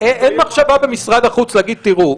אין מחשבה במשרד החוץ להגיד: תראו,